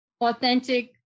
authentic